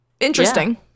Interesting